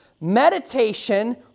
Meditation